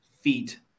feet